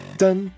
dun